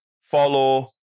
follow